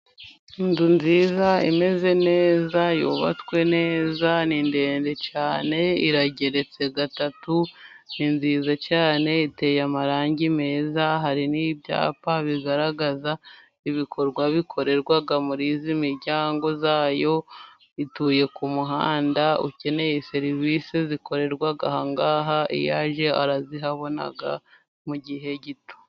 Inzu nziza imeze neza yubatswe neza, ni ndende cyane irageretse gatatu ni nziza cyane, iteye amarangi meza hari n'ibyapa bigaragaza ibikorwa bikorerwa, muri iyi miryango yayo ituye ku muhanda, ukeneye serivisi zikorerwa ahangaha iyo aje arazihabona mu gihe gito.